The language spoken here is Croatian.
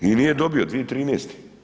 I nije dobio, 2013.